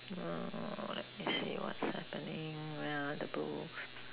uh let me see what's happening where are the books